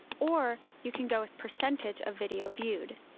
or you can go with percentage of video viewed.